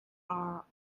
are